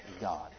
God